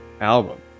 album